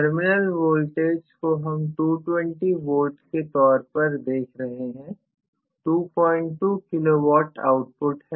terminal voltage को हम 220V के तौर पर देख रहे हैं 22KW आउटपुट है